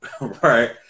right